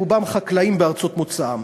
רובם היו חקלאים בארצות מוצאם.